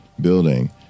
building